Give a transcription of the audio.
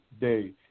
day